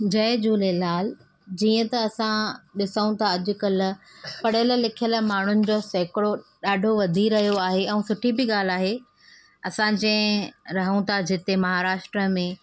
जय झूलेलाल जीअं त असां ॾिसूं था अॼकल्ह पढ़ियल लिखियल माण्हुनि जो सेकिड़ो ॾाढो वधी रहियो आहे ऐं सुठी बि ॻाल्हि आहे असां जंहिं रहूं था जिते महाराष्ट्र में